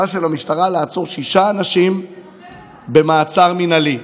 של המשטרה לעצור שישה אנשים במעצר מינהלי.